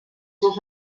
seus